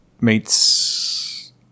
meets